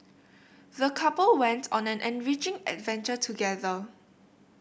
the couple went on an enriching adventure together